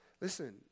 listen